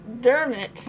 Dermot